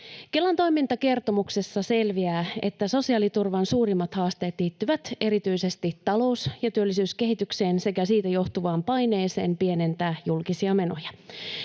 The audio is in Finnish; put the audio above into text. Kelan toimintakertomuksesta selviää, että sosiaaliturvan suurimmat haasteet liittyvät erityisesti talous- ja työllisyyskehitykseen sekä siitä johtuvaan paineeseen pienentää julkisia menoja.